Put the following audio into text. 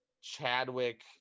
chadwick